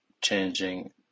changing